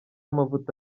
amavuta